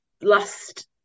last